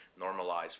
normalize